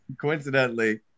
coincidentally